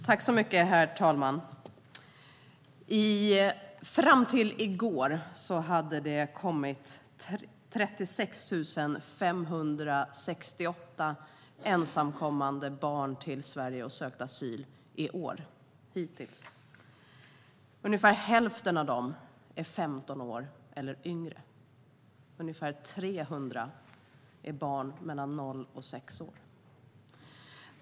Herr talman! Fram till i går hade det kommit 36 568 ensamkommande barn till Sverige och sökt asyl - hittills i år. Ungefär hälften av dem är 15 år eller yngre. Ungefär 300 är barn mellan 0 och 6 år.